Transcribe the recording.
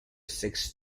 six